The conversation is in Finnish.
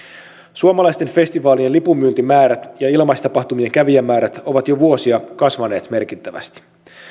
suomalaisten festivaalien lipunmyyntimäärät ja ilmaistapahtumien kävijämäärät ovat jo vuosia kasvaneet merkittävästi